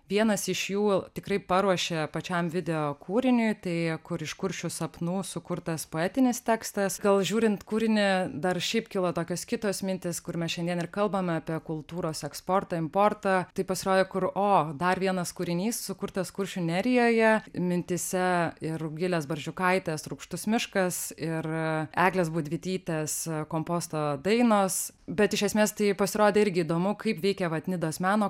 vienas iš jų tikrai paruošė pačiam video kūriniui tai kur iš kuršių sapnų sukurtas poetinis tekstas gal žiūrint kūrinį dar šiaip kilo tokios kitos mintys kur mes šiandien ir kalbame apie kultūros eksportą importą tai pasirodė kur o dar vienas kūrinys sukurtas kuršių nerijoje mintyse ir rugilės baržiukaitės rūgštus miškas ir eglės budvytytės komposto dainos bet iš esmės tai pasirodė irgi įdomu kaip veikia vat nidos meno